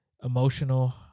Emotional